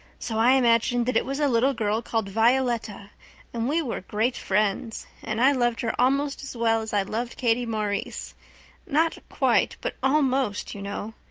so i imagined that it was a little girl called violetta and we were great friends and i loved her almost as well as i loved katie maurice not quite, but almost, you know.